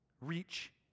reach